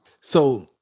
So-